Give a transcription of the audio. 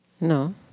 No